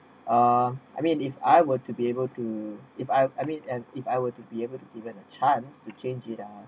uh I mean if I were to be able to if I I mean and if I were to be able to given a chance to change it ah